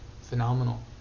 phenomenal